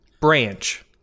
branch